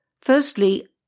Firstly